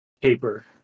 paper